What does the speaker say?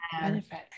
benefit